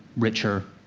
richer,